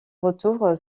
retour